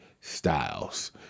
styles